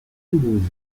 toulouse